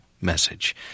message